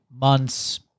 months